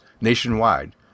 nationwide